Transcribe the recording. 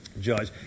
judge